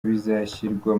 bizashyirwa